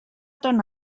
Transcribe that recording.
ton